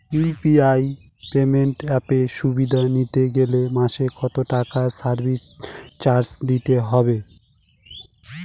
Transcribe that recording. UPI payment অ্যাপের সুবিধা নিতে গেলে মাসে কত টাকা সার্ভিস চার্জ দিতে হবে?